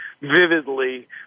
vividly